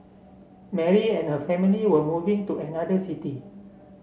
Mary and her family were moving to another city